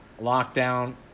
lockdown